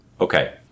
Okay